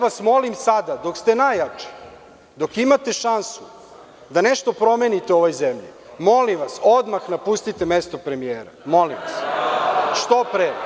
Molim vas sada, dok ste najjači, dok imate šansu da nešto promenite u ovoj zemlji, molim vas, odmah napustite mesto premijera, molim vas, što pre.